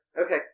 Okay